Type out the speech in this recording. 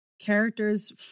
characters